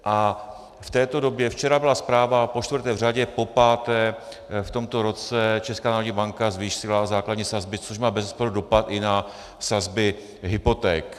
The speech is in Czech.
A v této době včera byla zpráva, počtvrté v řadě, popáté v tomto roce Česká národní banka zvýšila základní sazby, což má bezesporu dopad i na sazby hypoték.